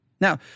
Now